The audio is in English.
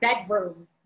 bedroom